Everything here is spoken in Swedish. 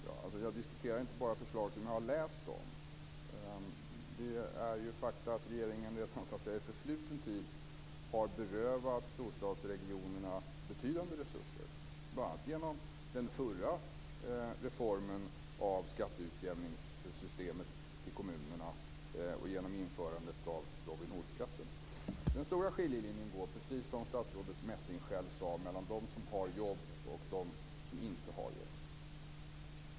Fru talman! Jag diskuterar inte bara förslag som jag har läst om. Det är ju ett faktum att regeringen redan i förfluten tid har berövat storstadsregionerna betydande resurser - bl.a. genom den förra reformen av skatteutjämningssystemet för kommunerna och genom införandet av Robin Hood-skatten. Den stora skiljelinjen går, precis om statsrådet Messing själv sade, mellan dem som har jobb och dem som inte har jobb.